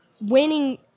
winning